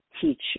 teach